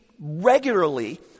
regularly